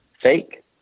fake